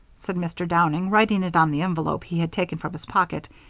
said mr. downing, writing it on the envelope he had taken from his pocket,